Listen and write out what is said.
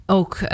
ook